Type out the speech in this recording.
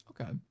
Okay